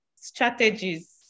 strategies